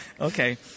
Okay